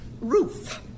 Ruth